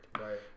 Right